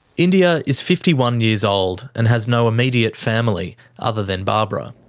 india is fifty one years old and has no immediate family other than barbara.